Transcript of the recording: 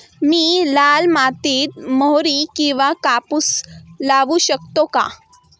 मी लाल मातीत मोहरी किंवा कापूस लावू शकतो का?